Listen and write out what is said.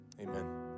amen